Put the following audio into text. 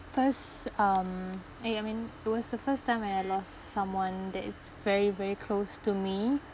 first um eh I mean it was the first time I had lost someone that is very very close to me